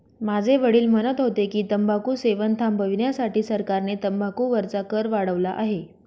माझे वडील म्हणत होते की, तंबाखू सेवन थांबविण्यासाठी सरकारने तंबाखू वरचा कर वाढवला आहे